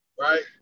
right